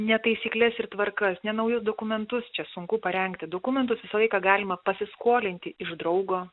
ne taisykles ir tvarkas ne naujus dokumentus čia sunku parengti dokumentus visą laiką galima pasiskolinti iš draugo